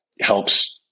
helps